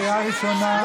קריאה ראשונה.